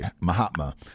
Mahatma